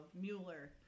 Mueller